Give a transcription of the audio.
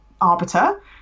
arbiter